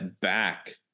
back